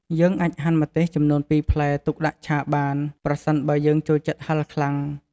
យើងអាចហាន់ម្ទេសចំនួន២ផ្លែទុកដាក់ឆាបាន ប្រសិនបើយើងចូលចិត្តហឹរខ្លាំង។